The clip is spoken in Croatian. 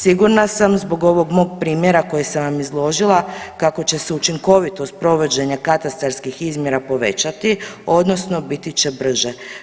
Sigurna sam zbog ovom mog primjera koji sam vam izložila kako će učinkovitost provođenja katastarskih izmjera povećati odnosno biti će brže.